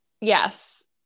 Yes